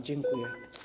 Dziękuję.